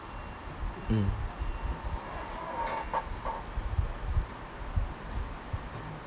mm